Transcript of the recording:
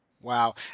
Wow